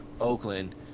Oakland